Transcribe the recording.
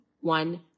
one